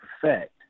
perfect